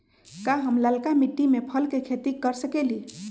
का हम लालका मिट्टी में फल के खेती कर सकेली?